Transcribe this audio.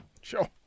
Sure